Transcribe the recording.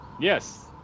Yes